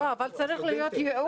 לא, אבל צריך להיות ייעוד, לא?